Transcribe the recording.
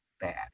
bad